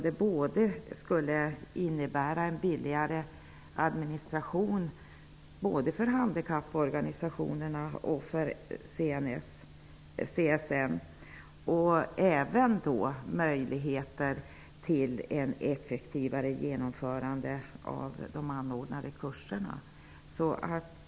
Det skulle innebära en billigare administration både för handikapporganisationerna och för CSN och även ett effektivare genomförande av de anordnade kurserna.